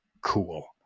cool